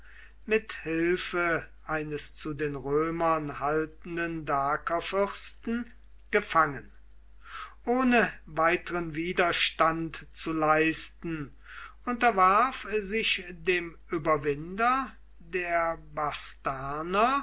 mit hilfe eines zu den römern haltenden dakerfürsten gefangen ohne weiteren widerstand zu leisten unterwarf sich dem überwinder der bastarner